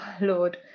lord